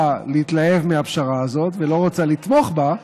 להתלהב מהפשרה הזאת ולא רוצה לתמוך בה,